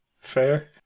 Fair